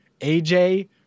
AJ